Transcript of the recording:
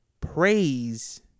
praise